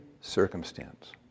circumstance